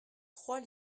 trois